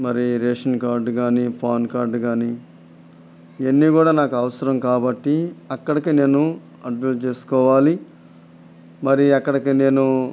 మరి ration card కానీ PAN card కానీ ఇవన్నీ కూడా నాకు అవసరం కాబట్టి అక్కడకి నేను అడ్రస్ చేసుకోవాలి మరి అక్కడకి నేను